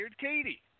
Katie